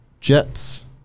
Jets